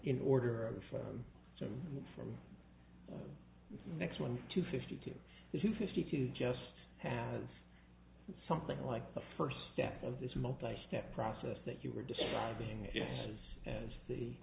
in order of five so from the next one to fifty two to fifty two just has something like the first step of this multistep process that you were describing it as as the